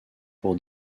pour